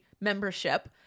membership